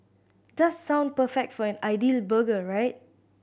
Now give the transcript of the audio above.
does sound perfect for an ideal burger right